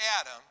Adam